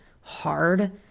hard